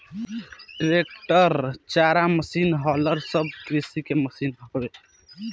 tractor, चारा machine, हालर सब कृषि के मशीन हवे